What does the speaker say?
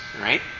right